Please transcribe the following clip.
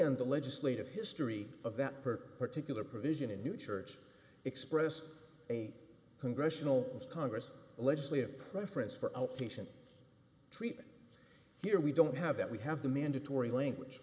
in the legislative history of that per particular provision a new church expressed a congressional and congress a legislative preference for patient treatment here we don't have that we have the mandatory language